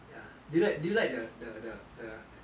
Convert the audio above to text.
ya do you like do you like the the the